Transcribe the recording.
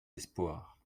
espoir